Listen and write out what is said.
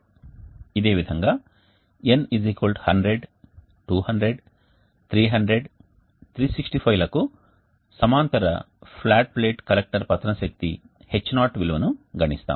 ఇదే ఇధంగా N 100 200 300 365 లకు సమాంతర ఫ్లాట్ ప్లేట్ కలెక్టర్ పతన శక్తి H0 విలువను గణిస్తాము